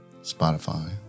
Spotify